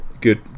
good